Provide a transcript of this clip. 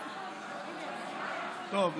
טוב,